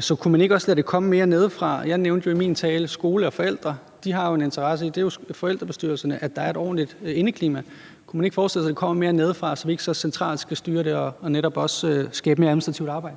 Så kunne man ikke også lade det komme mere nedefra? Jeg nævnte i min tale skole og forældre. Forældrebestyrelserne har jo en interesse i, at der er et ordentligt indeklima. Kunne man ikke forestille sig, at det kommer mere nedefra, så vi ikke så centralt skal styre det og netop derved skaber mere administrativt arbejde?